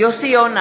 יוסי יונה,